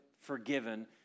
forgiven